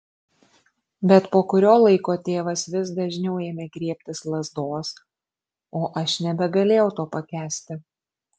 bet po kurio laiko tėvas vis dažniau ėmė griebtis lazdos o aš nebegalėjau to pakęsti